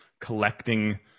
collecting